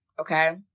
Okay